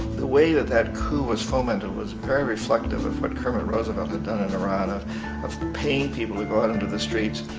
the way, that that coup was fomented was very reflective of what kermit roosevelt had done in iran. of of paying people to go out onto the streets,